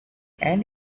and